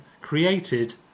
created